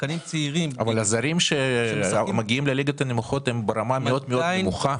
אבל הזרים שמגיעים לליגות הנמוכות הם ברמה מאוד נמוכה.